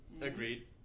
Agreed